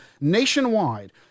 nationwide